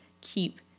keep